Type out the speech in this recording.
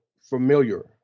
familiar